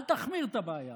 אל תחמיר את הבעיה,